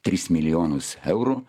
tris milijonus eurų